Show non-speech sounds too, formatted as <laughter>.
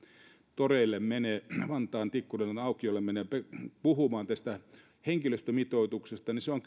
toreille vantaan tikkurilanaukiolle menee puhumaan tästä henkilöstömitoituksesta on <unintelligible>